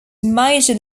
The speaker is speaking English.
major